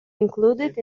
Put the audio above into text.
included